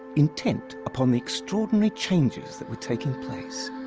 intent upon the extraordinary changes that were taking place.